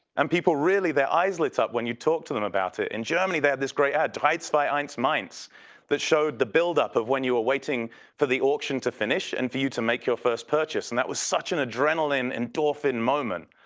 and people really, their eyes lit up when you talk to them about it. in germany they had this great ad, tights by minds minds that showed the build up of when you are waiting for the auction to finish and view to make your first purchase. and that was such an adrenaline endorphin moment.